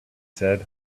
said